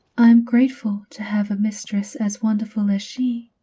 i am grateful to have a mistress as wonderful as she.